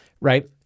right